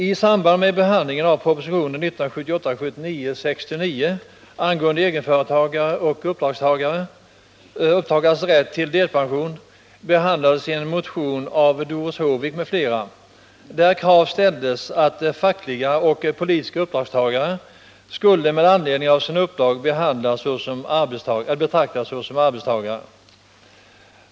I samband med behandlingen av proposition 1978/79:69 om egenföretagares och uppdragstagares rätt till delpension behandlades en motion av Doris Håvik m.fl., där krav ställdes att fackliga och politiska uppdragstagare skulle med anledning av sina uppdrag betraktas såsom arbetstagare.